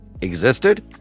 existed